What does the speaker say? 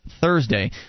Thursday